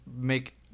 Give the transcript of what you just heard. make